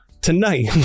Tonight